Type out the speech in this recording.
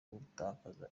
gutakaza